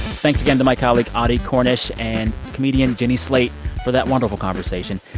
thanks again to my colleague audie cornish and comedian jenny slate for that wonderful conversation.